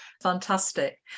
Fantastic